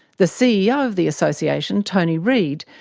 the ceo of the association, tony reed,